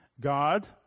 God